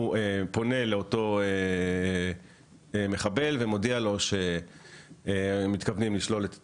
הוא פונה לאותו מחבל ומודיע לו שמתכוונים לשלול את תושבותו.